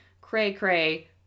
cray-cray